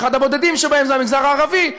אחד הבודדים שבהם זה המגזר הערבי,